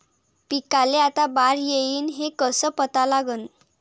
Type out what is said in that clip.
पिकाले आता बार येईन हे कसं पता लागन?